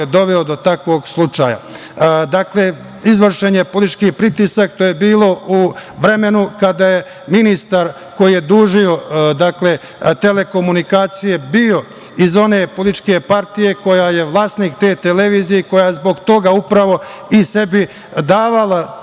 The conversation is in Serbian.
doveo do takvog slučaja. Dakle, izvršen je politički pritisak. To je bilo u vremenu kada je ministar koji je dužio telekomunikacije bio iz one političke partije koja je vlasnik te televizije i koja je zbog toga upravo i sebi davala